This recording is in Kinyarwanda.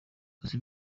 muzi